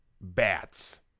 bats